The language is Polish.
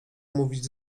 mówić